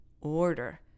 order